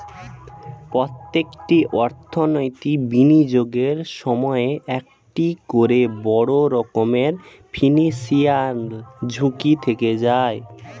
প্রত্যেকটি অর্থনৈতিক বিনিয়োগের সময়ই একটা করে বড় রকমের ফিনান্সিয়াল ঝুঁকি থেকে যায়